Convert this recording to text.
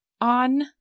on